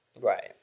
right